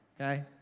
okay